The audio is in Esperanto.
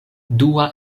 dua